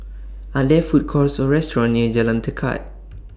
Are There Food Courts Or restaurants near Jalan Tekad